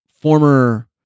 former